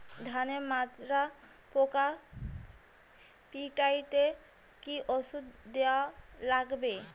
ধানের মাজরা পোকা পিটাইতে কি ওষুধ দেওয়া লাগবে?